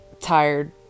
tired